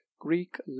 Greek